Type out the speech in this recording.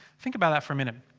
think about that for a minute.